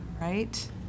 Right